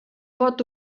pot